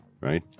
right